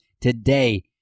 today